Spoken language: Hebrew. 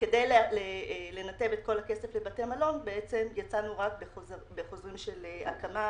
כדי לנתב את כל הכסף לבתי מלון בעצם יצאנו רק בחוזרים של הקמה,